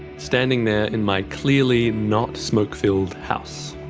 standing there in my clearly not smoke-filled house.